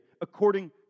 according